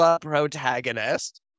protagonist